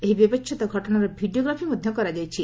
ଏହି ବ୍ୟବଚ୍ଛେଦ ଘଟଣାର ଭିଡ଼ିଓଗ୍ରାଫି ମଧ୍ୟ କରାଯାଇଛି